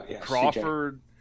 Crawford